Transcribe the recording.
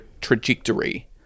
trajectory